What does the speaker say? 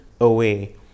away